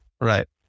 Right